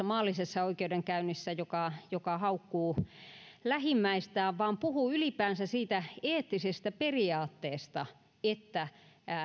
maallisessa oikeudenkäynnissä henkilölle joka haukkuu lähimmäistään vaan puhuu ylipäänsä siitä eettisestä periaatteesta että